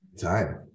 time